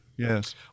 Yes